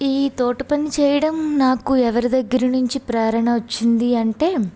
ఈ తోటి పని చేయడం నాకు ఎవరి దగ్గర నుంచి ప్రేరణ వచ్చింది అంటే